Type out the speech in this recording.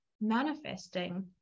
manifesting